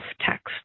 text